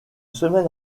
semaine